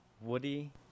Woody